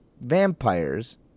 vampires